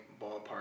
ballpark